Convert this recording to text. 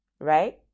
Right